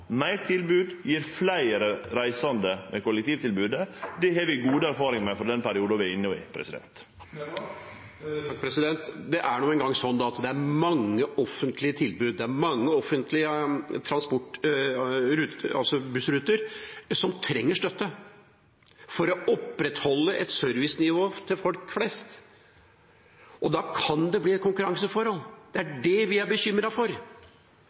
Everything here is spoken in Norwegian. med kollektivtilbodet. Det har vi gode erfaringar med frå denne perioden vi er inne i. Det er nå en gang slik at det er mange offentlige transporttilbud, altså ruter, som trenger støtte for å opprettholde et servicenivå til folk flest. Da kan det bli et konkurranseforhold, og det er det vi er bekymret for.